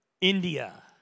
India